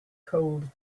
cold